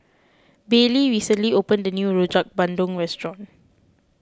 Bailey recently opened a new Rojak Bandung restaurant